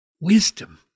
wisdom